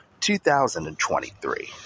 2023